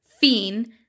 Fiend